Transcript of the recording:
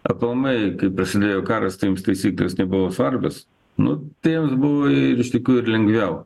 aplamai kai prasidėjo karas tai jiems taisyklės nebuvo svarbios nu tai jiems buvo ir iš tikrųjų ir lengviau